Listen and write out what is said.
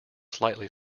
slightly